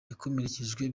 yakomerekejwe